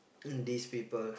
in these people